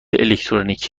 الکترونیکی